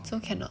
so cannot